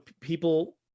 people